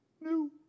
new